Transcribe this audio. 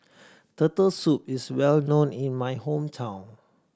Turtle Soup is well known in my hometown